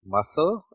Muscle